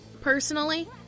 Personally